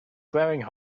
glaringly